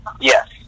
Yes